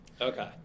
Okay